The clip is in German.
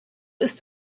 ist